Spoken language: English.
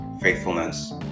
faithfulness